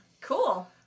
Cool